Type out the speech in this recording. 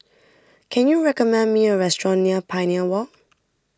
can you recommend me a restaurant near Pioneer Walk